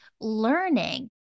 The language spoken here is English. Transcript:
learning